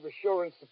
assurance